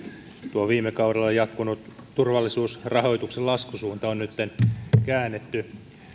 tuo viime kaudella jatkunut turvallisuusrahoituksen laskusuunta on nytten käännetty